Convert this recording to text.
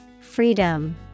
Freedom